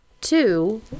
two